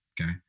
okay